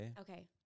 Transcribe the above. Okay